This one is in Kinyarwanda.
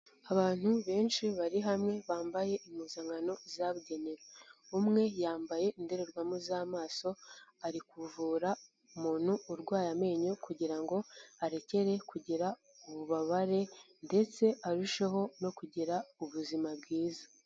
Abantu benshi bari hamwe, bambaye impuzankano zabugenewe. Umwe yambaye indorerwamo z'amaso ari kuvura umuntu urwaye amenyo, kugira ngo arekere kugira ububabare, ndetse arusheho no kugira ubuzima bwiza.